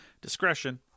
Discretion